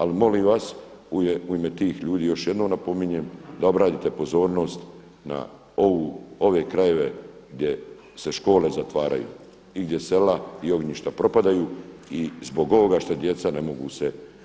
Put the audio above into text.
Ali molim vas, u ime tih ljudi još jednom napominjem da obratite pozornost na ove krajeve gdje se škole zatvaraju i gdje sela i ognjišta propadaju i zbog ovoga što djeca se ne mogu